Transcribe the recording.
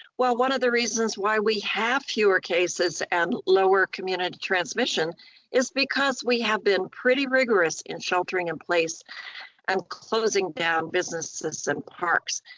well, one of the reasons why we have fewer cases and lower community transmission is because we have been pretty rigorous in sheltering in place and um closing down businesses and parks.